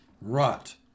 rot